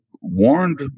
warned